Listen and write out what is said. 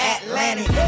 Atlantic